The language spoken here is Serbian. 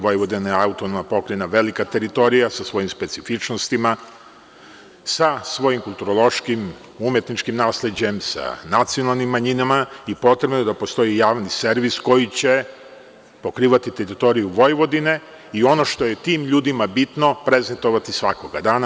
Vojvodina je autonomna pokrajina, velika teritorija sa svojim specifičnostima, sa svojim kulturološkim i umetničkim nasleđem, sa nacionalnim manjinama i potrebno je da postoji javni servis koji će pokrivati teritoriju Vojvodine i ono što je tim ljudima bitno prezentovati svakoga dana.